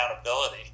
accountability